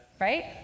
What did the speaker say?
right